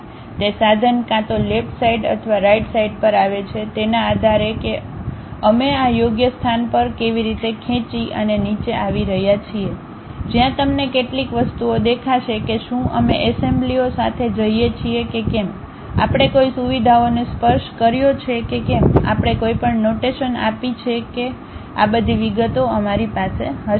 તે સાધન કાં તો લેફ્ટ સાઈડ અથવા રાઈટ સાઈડ પર આવે છે તેના આધારે કે અમે આ યોગ્ય સ્થાન પર કેવી રીતે ખેંચી અને નીચે આવી રહ્યા છીએ જ્યાં તમને કેટલીક વસ્તુઓ દેખાશે કે શું અમે એસેમ્બલીઓ સાથે જઈએ છીએ કે કેમ આપણે કોઈ સુવિધાઓને સ્પર્શ કર્યો છે કે કેમ આપણે કોઈપણ નોટેશન આપી છે આ બધી વિગતો અમારી પાસે હશે